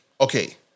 Okay